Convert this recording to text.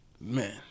Man